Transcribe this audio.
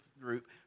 group